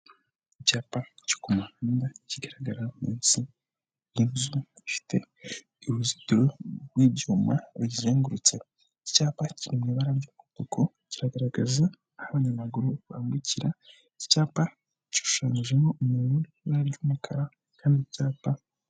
Icyapa cyo ku muhanda kigaragara munsi y'inzu gifite uruzitiro rw'ibyuma ruyizengurutseho, icyapa kiri mu ibara ry'umuku kiragaragaza aho abanyamaguru bambukira, iki cyapa gishushanyijemo umuntu uri mu ibara ry'umukara kandi icyapa..